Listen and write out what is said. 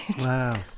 Wow